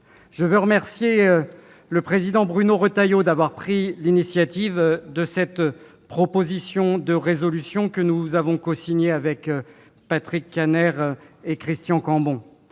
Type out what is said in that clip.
Je veux remercier le président Retailleau d'avoir pris l'initiative de cette proposition de résolution, que j'ai cosignée avec Patrick Kanner et Christian Cambon.